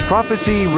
Prophecy